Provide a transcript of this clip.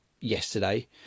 yesterday